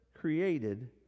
created